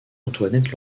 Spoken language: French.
antoinette